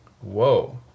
whoa